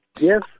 Yes